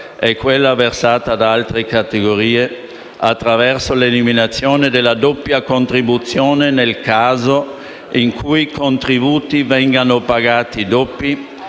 e quella versata da altre categorie, attraverso l’eliminazione della doppia contribuzione nel caso in cui i contributi vengano pagati doppi,